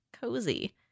cozy